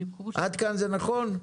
עד כאן זה נכון?